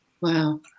wow